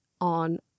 on